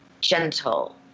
gentle